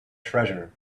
treasure